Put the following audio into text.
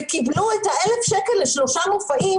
וקיבלו 1,000 שקל לשלושה מופעים,